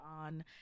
on